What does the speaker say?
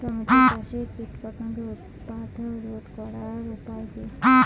Tomato চাষে কীটপতঙ্গের উৎপাত রোধ করার উপায় কী?